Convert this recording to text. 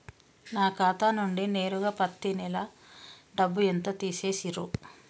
నా ఖాతా నుండి నేరుగా పత్తి నెల డబ్బు ఎంత తీసేశిర్రు?